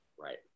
Right